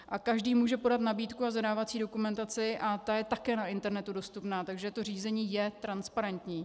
A každý může podat nabídku a zadávací dokumentaci a ta je také na internetu dostupná, takže to řízení je transparentní.